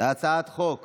הצעת חוק